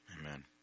Amen